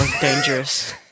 dangerous